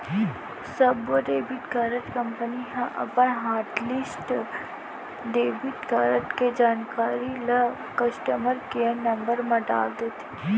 सब्बो debit card company ह अपन हॉटलिस्ट डेबिट कारड के जानकारी ल कस्टमर केयर नंबर म डाल देथे